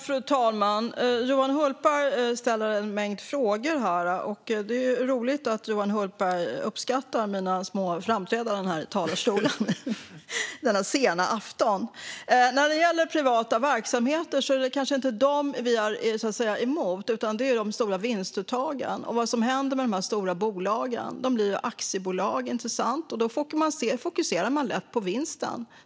Fru talman! Det är roligt att Johan Hultberg denna sena afton säger att han uppskattar mina små framträdanden här i talarstolen. Johan Hultberg ställer en mängd frågor. När det gäller privata verksamheter är det kanske inte dem vi är emot, utan det är de stora vinstuttagen och det som händer med de stora bolagen. De blir aktiebolag, inte sant? Då fokuserar man lätt på vinsten.